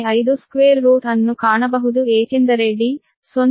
052 root ಅನ್ನು ಕಾಣಬಹುದು ಏಕೆಂದರೆ d 0